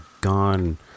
gone